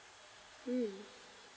mm